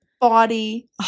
body